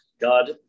God